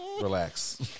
relax